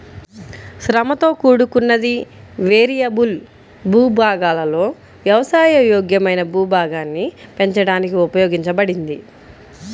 శ్రమతో కూడుకున్నది, వేరియబుల్ భూభాగాలలో వ్యవసాయ యోగ్యమైన భూభాగాన్ని పెంచడానికి ఉపయోగించబడింది